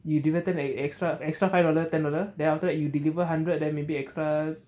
you divide it a extra extra five dollar ten dollar then after you deliver hundred than maybe extra